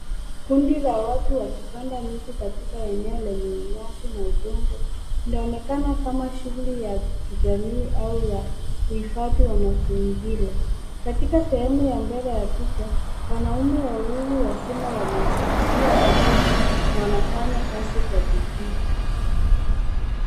Kundi la watu wakipanda miti katika eneo lenye nyasi na udongo Inaonekana kama shughuli la jamii ama uhifadhi wa mazingira. Katika sehemu ya mbele ya picha kuna wanaume wawili wazima wamepiga magoti wanafanya kazi kwa bidii.